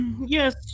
Yes